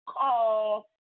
call